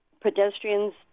Pedestrians